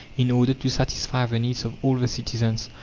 in order to satisfy the needs of all the citizens.